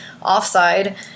offside